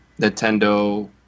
Nintendo